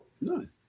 None